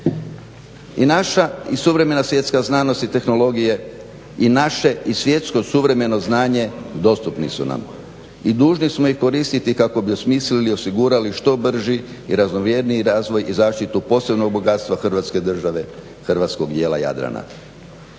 I naša i suvremena i svjetska znanost i tehnologije i naše i svjetsko i suvremeno znanje dostupni su nam i dužni smo ih koristiti kao bi osmislili i osigurali što brži i raznovjeriji razvoj i zaštitu posebnog bogatstva hrvatske države, hrvatskog djela Jadrana.